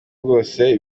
bwose